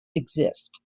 exist